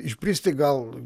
išbristi gal